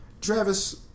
Travis